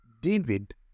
David